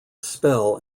spell